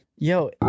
Yo